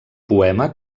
poema